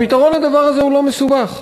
הפתרון לדבר הזה לא מסובך,